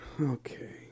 okay